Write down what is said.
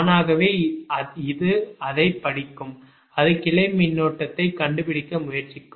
தானாகவே அது அதைப் படிக்கும் அது கிளை மின்னோட்டத்தைக் கண்டுபிடிக்க முயற்சிக்கும்